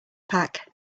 pack